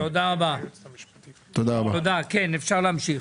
תודה, תודה כן אפשר להמשיך.